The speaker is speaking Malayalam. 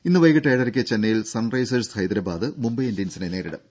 ഇന്ന് വൈകീട്ട് ഏഴരക്ക് ചെന്നൈയിൽ സൺറൈസേഴ്സ് ഹൈദരാബാദ് മുംബൈ ഇന്ത്യൻസിനെ നേരിടും